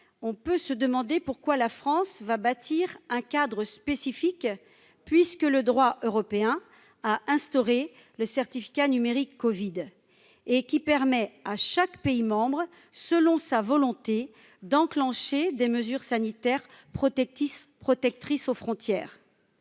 apparaît superflue. Pourquoi la France bâtirait-elle un cadre spécifique alors que le droit européen a instauré le certificat numérique covid, qui permet à chaque pays membre, selon sa volonté, d'enclencher des mesures sanitaires protectrices aux frontières